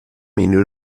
meno